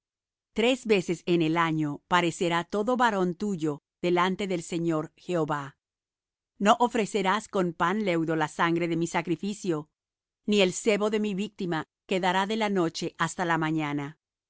tres veces en el año parecerá todo varón tuyo delante del señor jehová no ofrecerás con pan leudo la sangre de mi sacrificio ni el sebo de mi víctima quedará de la noche hasta la mañana